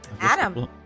Adam